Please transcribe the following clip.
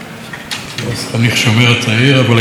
הייתי מסוכסך עם מפ"ם,